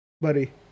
buddy